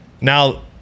now